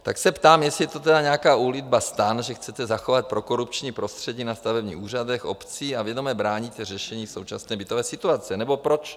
Tak se ptám, jestli je to tedy nějaká úlitba STAN, že chcete zachovat prokorupční prostředí na stavebních úřadech obcí a vědomě bráníte řešení současné bytové situace, nebo proč?